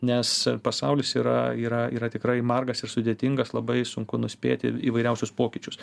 nes pasaulis yra yra yra tikrai margas ir sudėtingas labai sunku nuspėti įvairiausius pokyčius